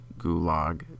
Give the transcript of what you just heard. gulag